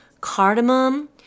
cardamom